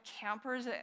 campers